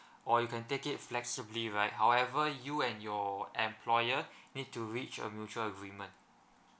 or you can take it flexibly right however you and your employer need to reach a mutual agreement